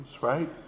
right